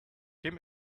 came